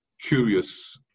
curious